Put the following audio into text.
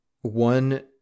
one